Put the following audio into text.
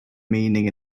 meaning